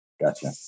gotcha